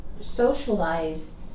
socialize